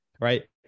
Right